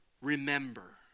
Remember